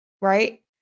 right